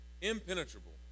impenetrable